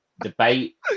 debate